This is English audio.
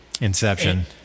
Inception